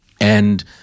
and-